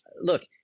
look